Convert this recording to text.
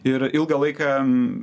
ir ilgą laiką